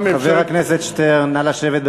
חבר הכנסת שטרן, נא לשבת.